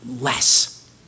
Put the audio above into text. less